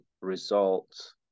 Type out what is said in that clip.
results